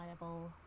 reliable